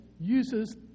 uses